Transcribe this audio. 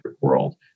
world